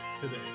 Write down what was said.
today